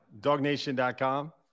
DogNation.com